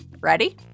Ready